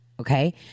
Okay